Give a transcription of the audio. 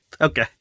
Okay